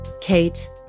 Kate